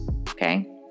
Okay